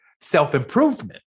self-improvement